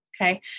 Okay